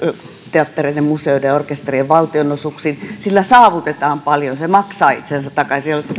teattereiden museoiden ja orkesterien valtionosuuksiin sillä saavutetaan paljon se maksaa itsensä takaisin ja